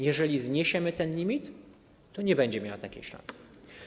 Jeżeli zniesiemy ten limit, to nie będzie miała takiej szansy.